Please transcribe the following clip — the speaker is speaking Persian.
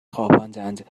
خواباندند